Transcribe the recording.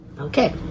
okay